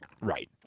Right